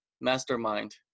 mastermind